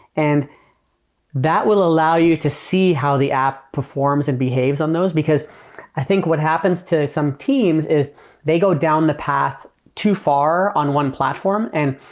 and that will allow you to see how the app performs and behaves on those. because i think what happens to some teams is they go down the path too far on one platform. and